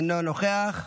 אינו נוכח,